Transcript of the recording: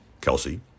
Kelsey